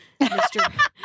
Mr